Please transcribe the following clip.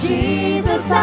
Jesus